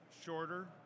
shorter